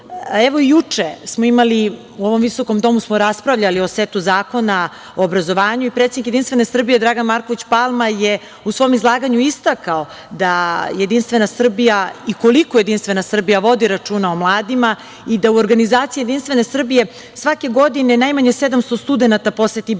Evo, juče smo imali, u ovom visokom domu smo raspravljali o setu zakona o obrazovanju i predsednik Jedinstvene Srbije Dragan Marković Palma je u svom izlaganju istakao da Jedinstvena Srbija i koliko Jedinstvena Srbija vodi računa o mladima i da u organizaciji Jedinstvene Srbije svake godine najmanje 700 studenata poseti Beč. Tamo